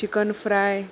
chicken fry